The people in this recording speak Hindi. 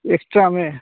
एक्स्ट्रा में